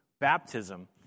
baptism